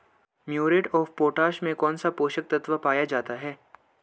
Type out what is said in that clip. Muriate of potash में कौन सा पोषक तत्व पाया जाता है?